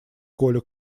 коля